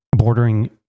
bordering